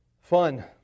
fun